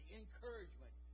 encouragement